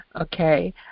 Okay